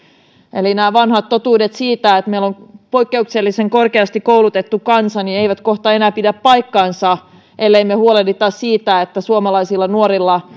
eli nämä vanhat totuudet siitä että meillä on poikkeuksellisen korkeasti koulutettu kansa eivät kohta enää pidä paikkaansa ellemme me huolehdita siitä että suomalaisilla nuorilla